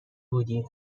بودی